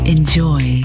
Enjoy